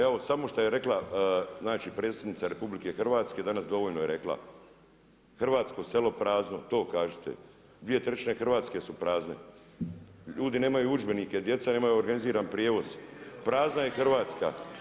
Evo samo šta je rekla predsjednica RH danas dovoljno je rekla, hrvatsko selo prazno to kažite, dvije trećine Hrvatske su prazne, ljudi nemaju udžbenike, djeca nemaju organiziran prijevoz, prazna je Hrvatska.